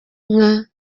inka